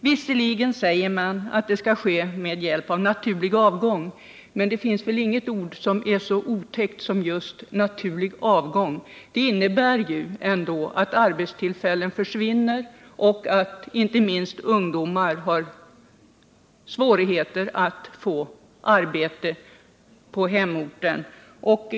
Visserligen säger man att det skall ske med hjälp av naturlig avgång, men det finns väl inget uttryck som är så otäckt som just ”naturlig avgång”. Det innebär ändå att arbetstillfällen försvinner och att inte minst ungdomar har svårigheter att få sysselsättning på hemorten.